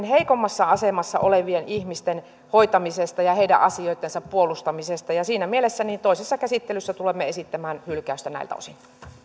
heikoimmassa asemassa olevien ihmisten hoitamisesta ja heidän asi oittensa puolustamisesta siinä mielessä toisessa käsittelyssä tulemme esittämään hylkäystä näiltä osin